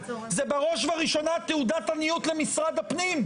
זה בראש ובראשונה תעודת עניות למשרד הפנים.